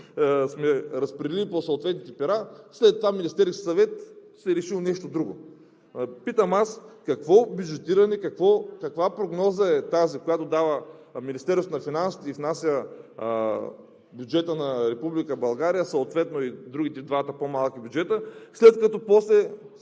сме разпределили по съответните пера. След това Министерският съвет си е решил нещо друго. Питам аз, какво бюджетиране? Каква прогноза е тази, която дава Министерството на финансите, и внася бюджета на Република България, съответно и другите два по-малки бюджета, след като после